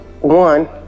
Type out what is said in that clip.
one